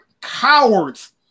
cowards